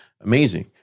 amazing